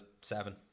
seven